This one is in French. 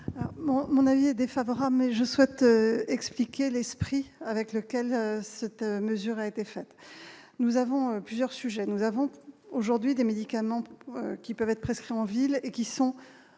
Mon avis est défavorable, mais je souhaite expliquer l'esprit avec lequel cette mesure a été faite, nous avons plusieurs sujets, nous avons aujourd'hui des médicaments qui peuvent être prescrits en ville et qui sont